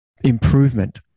improvement